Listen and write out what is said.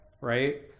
right